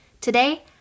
Today